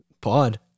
pod